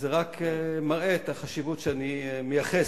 --- זה רק מראה את החשיבות שאני מייחס